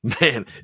Man